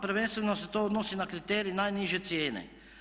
Prvenstveno se to odnosi na kriterij najniže cijene.